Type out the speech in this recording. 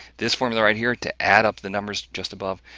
this formula right here to add up the numbers just above,